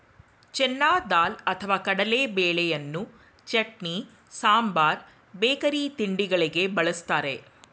ಚೆನ್ನ ದಾಲ್ ಅಥವಾ ಕಡಲೆಬೇಳೆಯನ್ನು ಚಟ್ನಿ, ಸಾಂಬಾರ್ ಬೇಕರಿ ತಿಂಡಿಗಳಿಗೆ ಬಳ್ಸತ್ತರೆ